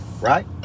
right